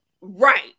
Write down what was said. right